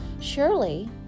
surely